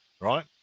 right